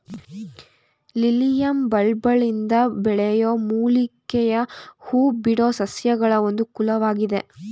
lilium ಬಲ್ಬ್ಗಳಿಂದ ಬೆಳೆಯೋ ಮೂಲಿಕೆಯ ಹೂಬಿಡೋ ಸಸ್ಯಗಳ ಒಂದು ಕುಲವಾಗಿದೆ